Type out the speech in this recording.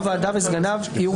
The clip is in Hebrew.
בסדר, אפשר